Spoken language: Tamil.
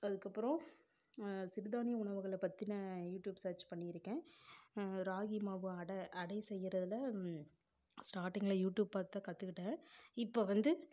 அதுக்கப்புறம் சிறு தானிய உணவுகளை பற்றின யூடியூப் சர்ச் பண்ணியிருக்கேன் ராகி மாவு அடை அடை செய்யிறதில் ஸ்டாட்டிங்ல யூடியூப் பார்த்து தான் கத்துக்கிட்டேன் இப்போ வந்து